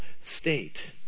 state